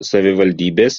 savivaldybės